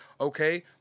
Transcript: Okay